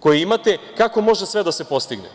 koji imate kako može sve da se postigne.